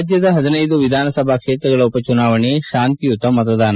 ರಾಜ್ಯದ ಹದಿನೈದು ವಿಧಾನಸಭಾ ಕ್ಷೇತ್ರಗಳ ಉಪಚುನಾವಣೆ ಶಾಂತಿಯುತ ಮತದಾನ